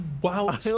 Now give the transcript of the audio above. wow